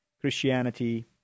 Christianity